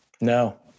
No